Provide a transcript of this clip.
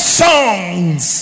songs